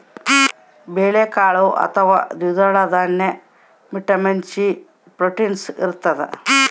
ಬೇಳೆಕಾಳು ಅಥವಾ ದ್ವಿದಳ ದಾನ್ಯ ವಿಟಮಿನ್ ಸಿ ಮತ್ತು ಪ್ರೋಟೀನ್ಸ್ ಇರತಾದ